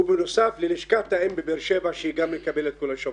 ובנוסף ללשכת האם בבאר שבע שהיא גם מקבלת כל השבוע.